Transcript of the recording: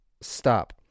Stop